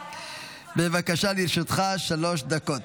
--- בבקשה, לרשותך שלוש דקות.